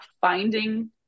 finding